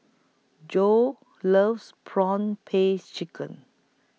Joi loves Prawn Paste Chicken